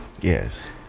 Yes